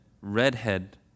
redhead